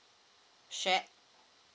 shared